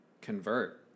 convert